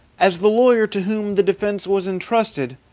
as the lawyer to whom the defense was entrusted,